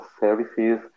services